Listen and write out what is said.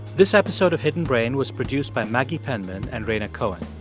this episode of hidden brain was produced by maggie penmen and rhaina cohen.